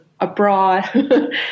abroad